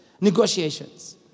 negotiations